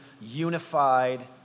unified